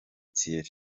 thierry